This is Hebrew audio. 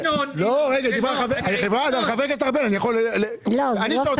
דיברו על חבר הכנסת ארבל, אני יכול לשתוק?